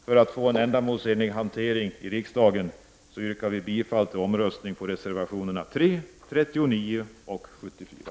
För att få en ändamålsenlig hantering i riksdagen inskränker vi oss till att yrka bifall till reservationerna 3, 39 och 74.